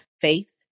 Faith